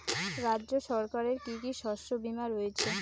রাজ্য সরকারের কি কি শস্য বিমা রয়েছে?